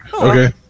okay